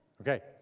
Okay